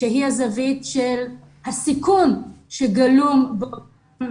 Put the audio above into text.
שהיא הזווית של הסיכון של הנערים,